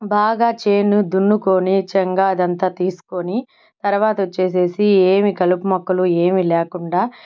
బాగా చేను దున్నుకొని చెంగ అదంతా తీసుకొని తర్వాత వచ్చేసి ఏమి కలుపు మొక్కలు ఏమీ లేకుండా